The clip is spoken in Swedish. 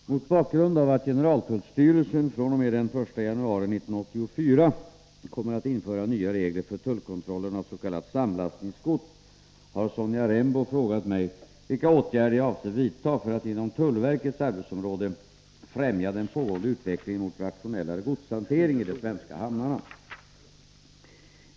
Herr talman! Mot bakgrund av att generaltullstyrelsen fr.o.m. den 1 januari 1984 kommer att införa nya regler för tullkontrollen av s.k. samlastningsgods har Sonja Rembo frågat mig vilka åtgärder jag avser vidta för att inom tullverkets arbetsområde främja den pågående utvecklingen mot rationellare godshantering i de svenska hamnarna.